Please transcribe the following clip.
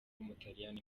w’umutaliyani